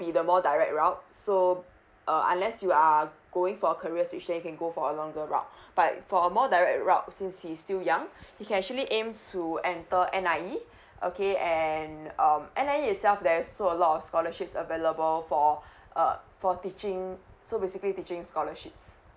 be the more direct route so uh unless you are going for a career switch then you can go for a longer route but for a more direct route since he's still young he can actually aims to enter N_I_E okay and um N_I_E itself there's also a lot of scholarships available for uh for teaching so basically teaching scholarships